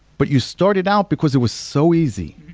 but you started out because it was so easy.